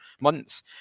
months